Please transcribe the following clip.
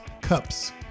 cups